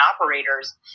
operators